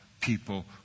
people